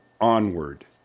onward